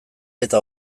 eta